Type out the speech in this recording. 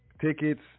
tickets